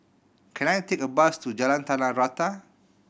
can I take a bus to Jalan Tanah Rata